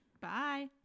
Bye